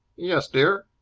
yes, dear?